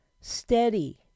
steady